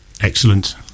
excellent